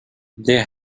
they